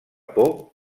por